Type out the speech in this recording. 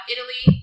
Italy